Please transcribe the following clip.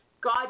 God